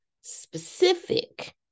specific